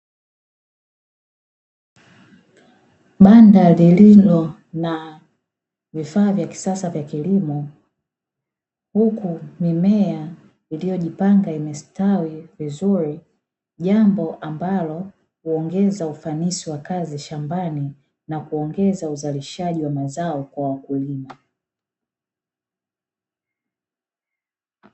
Banda lililo na vifaa vya kisasa vya kilimo, huku mimea iliyojipanga imestawi vizuri, jambo ambalo huongeza ufanisi wa kazi shambani na kuongeza uzalishaji wa mazao kwa wakulima.